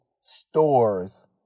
stores